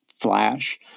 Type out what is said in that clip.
flash